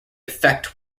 effect